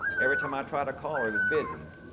every time i'd try to call her it was busy.